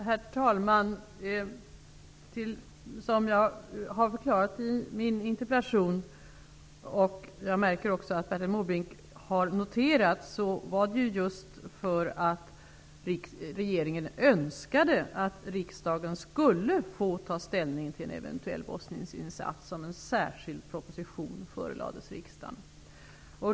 Herr talman! Som jag har förklarat i mitt interpellationssvar och som jag märker att Bertil Måbrink har noterat, var det just för att regeringen önskade att riksdagen skulle få ta ställning till en eventuell Bosnieninsats som en särskild proposition förelades riksdagen.